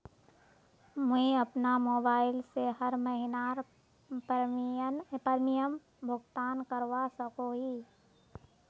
मुई अपना मोबाईल से हर महीनार प्रीमियम भुगतान करवा सकोहो ही?